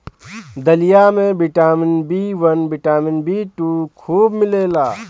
दलिया में vitamin B one, vitamin B two खूब मिलेला